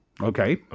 Okay